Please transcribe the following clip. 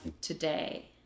today